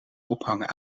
ophangen